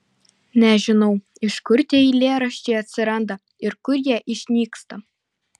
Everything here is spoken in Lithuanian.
nežinau iš kur tie eilėraščiai atsiranda ir kur jie išnyksta